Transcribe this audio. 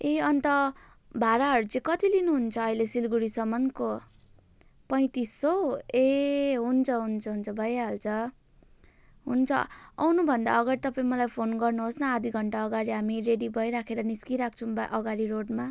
ए अन्त भाडाहरू चाहिँ कति लिनु हुन्छ अहिले सिलगडीसम्मको पैँतिस सय ए हुन्छ हुन्छ हुन्छ हुन्छ भइहाल्छ हुन्छ आउनु भन्दा अगाडि तपाईँ मलाई फोन गर्नु होस् न आघी घण्टा अगाडि हामी रेडी भइराखेर निस्किराख्छौँ अगाडि रोडमा